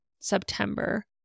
September